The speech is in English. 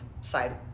side